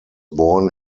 born